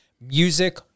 music